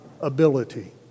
ability